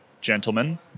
gentlemen